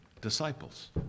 disciples